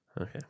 Okay